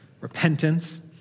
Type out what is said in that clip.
repentance